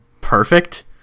perfect